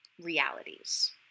realities